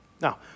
Now